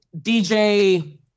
DJ